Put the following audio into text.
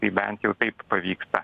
tai bent jau taip pavyksta